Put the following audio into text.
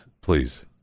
Please